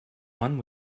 one